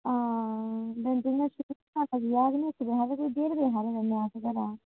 हां इक भी डेढ़ बजे हारे जन्ने आं अस घरा दा